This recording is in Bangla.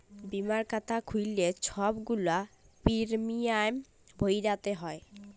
বীমার খাতা খ্যুইল্লে ছব গুলা পিরমিয়াম ভ্যইরতে হ্যয়